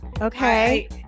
Okay